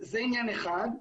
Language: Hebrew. זה עניין אחד,